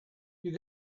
you